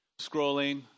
Scrolling